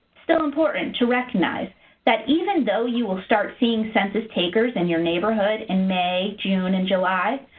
still important to recognize that even though you will start seeing census takers in your neighborhood in may, june and july,